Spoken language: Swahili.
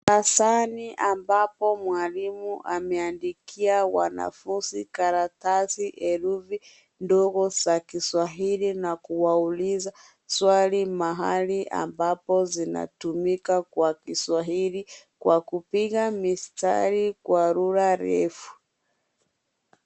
Darasani ambapo mwalimu ameandikia wanafunzi karatasi herufi ndogo za kiswahili na kuwauliza swali mahali ambapo zinatumika kwa kiswahili kwa kupiga mistari kwa rula refu.